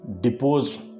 deposed